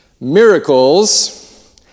Miracles